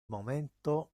momento